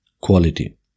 quality